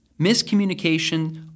Miscommunication